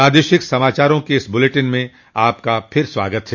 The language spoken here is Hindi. प्रादेशिक समाचारों के इस बुलेटिन में आपका फिर से स्वागत है